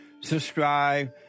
subscribe